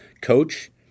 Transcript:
coach